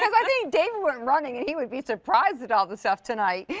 i mean david one running and he would be surprised at all the stuff tonight.